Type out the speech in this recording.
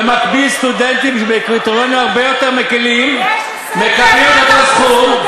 ובמקביל סטודנטים בקריטריונים הרבה יותר מקלים מקבלים אותו סכום,